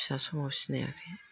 फिसा समाव सिनायाखै